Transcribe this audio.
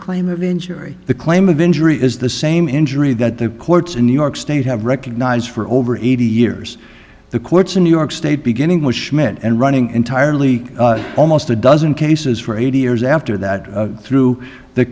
claim of injury the claim of injury is the same injury that the courts in new york state have recognized for over eighty years the courts in new york state beginning with schmidt and running entirely almost a dozen cases for eighty years after that through the